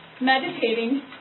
meditating